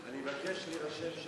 אני מבקש להירשם,